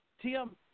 Tim